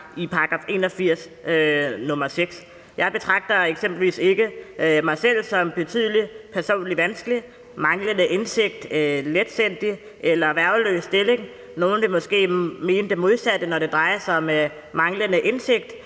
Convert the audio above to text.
i § 81, nr. 6. Jeg betragter eksempelvis ikke mig selv som havende betydelige personlige vanskeligheder, manglende indsigt, være letsindig eller være i en værgeløs stilling. Nogle ville måske mene det modsatte, når det drejer sig om manglende indsigt,